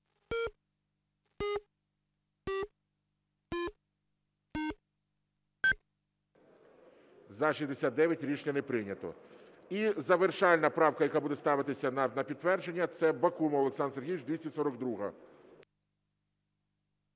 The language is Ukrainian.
За-69 Рішення не прийнято. І завершальна правка, яка буде ставитися на підтвердження, це Бакумова Олександра Сергійовича 242-а.